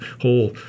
whole